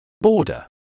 Border